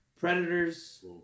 Predators